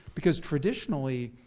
because traditionally